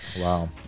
Wow